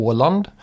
Åland